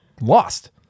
lost